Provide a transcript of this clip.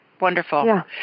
Wonderful